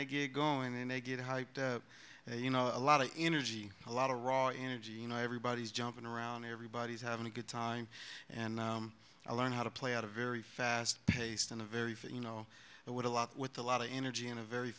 they get going and they get hyped you know a lot of energy a lot of raw energy you know everybody's jumping around everybody's having a good time and i learned how to play out a very fast paced and a very you know what a lot with a lot of energy in a very